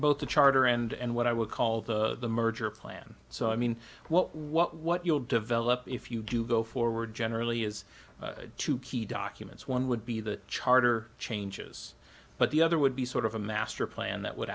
both the charter and what i would call the merger plan so i mean what what what you'll develop if you do go forward generally is two key documents one would be the charter changes but the other would be sort of a master plan that would